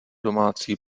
domácí